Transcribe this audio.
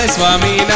Swami